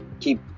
keep